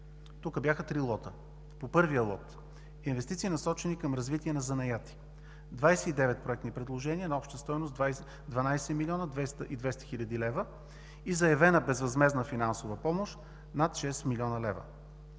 както следва: По първия лот – инвестиции, насочени към развитие на занаяти – 29 проектни предложения на обща стойност 12 млн. 200 хил. лв. и заявена безвъзмездна финансова помощ над 6 млн. лв.